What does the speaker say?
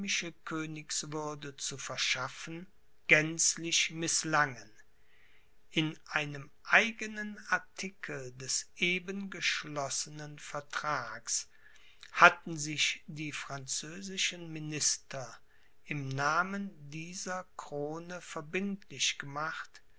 römische königswürde zu verschaffen gänzlich mißlangen in einem eigenen artikel des eben geschlossenen vertrags hatten sich die französischen minister im namen dieser krone verbindlich gemacht